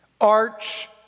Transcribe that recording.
arch